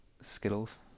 Skittles